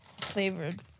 flavored